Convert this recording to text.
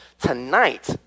tonight